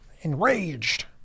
Enraged